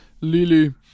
Lily